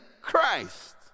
Christ